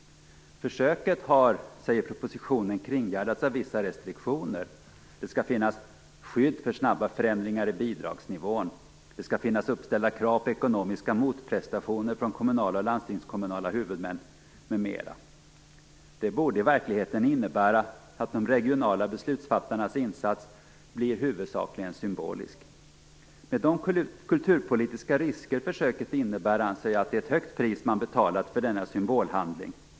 Försöket har, säger propositionen, kringgärdats av vissa restriktioner. Det skall finnas skydd för snabba förändringar i bidragsnivån. Det skall finnas uppställda krav på ekonomiska motprestationer från kommunala och landstingskommunala huvudmän, m.m. Det borde i verkligheten innebära att de regionala beslutsfattarnas insats blir huvudsakligen symbolisk. Med de kulturpolitiska risker försöket innebär anser jag att det är ett högt pris man betalar för denna symbolhandling.